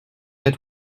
mets